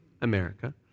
America